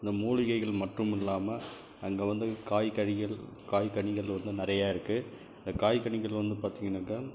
அந்த மூலிகைகள் மட்டுமில்லாமல் அங்கே வந்து காய் கனிகள் காய் கனிகள் வந்து நிறையா இருக்குது அந்த காய் கனிகள் வந்து பார்த்திங்கன்னாக்கா